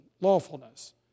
lawfulness